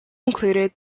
included